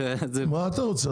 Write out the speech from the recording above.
אז מה אתה רוצה?